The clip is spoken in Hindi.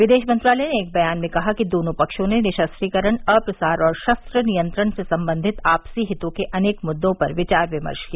विदेश मंत्रालय ने एक बयान में कहा कि दोनों फक्षों ने निःशस्त्रीकरण अप्रसार और शस्त्र नियंत्रण से संबंधित आपसी हितों के अनेक मुद्दों पर विचार विमर्श किया